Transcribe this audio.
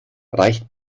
reicht